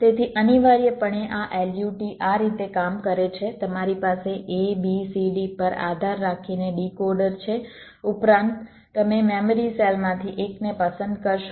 તેથી અનિવાર્યપણે આ LUT આ રીતે કામ કરે છે તમારી પાસે A B C D પર આધાર રાખીને ડીકોડર છે ઉપરાંત તમે મેમરી સેલમાંથી એકને પસંદ કરશો